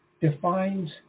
defines